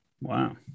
Wow